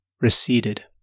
receded